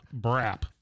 brap